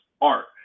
art